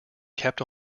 kept